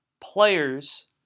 players